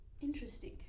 Interesting